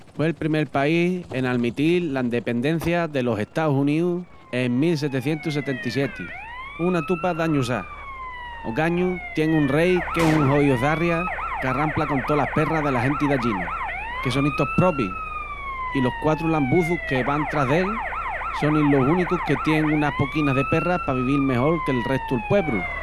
Hue'l primel país en almitil l'endependencia delus Estaus Uníus en 1777, una tupa d'añus á. Ogañu tien un rei qu'es un joíu zarria qu'arrampla con tolas perras dela genti d'allina, que sonin tos probis i los quatru lambuçus que van tras d'él sonin los únicus que tien unas poquinas de perras pa vivil mejol que'l restu'l puebru.